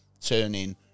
Turning